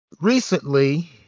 Recently